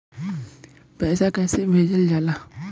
पैसा कैसे भेजल जाला?